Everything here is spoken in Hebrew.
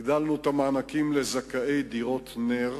הגדלנו את המענקים לזכאי דירות נ"ר,